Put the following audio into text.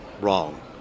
wrong